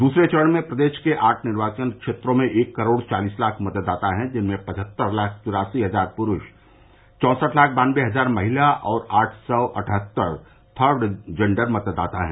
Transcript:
दूसरे चरण में प्रदेश के आठ निर्वाचन क्षेत्रों में एक करोड़ चालीस लाख मतदाता हैं जिनर्मे पचहत्तर लाख तिरासी हजार पुरूष चौसठ लाख बान्नवे हजार महिला और आठ सौ अठहत्तर थर्ड जेंडर मतदाता हैं